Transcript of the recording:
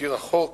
תזכיר החוק